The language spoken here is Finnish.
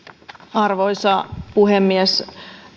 arvoisa puhemies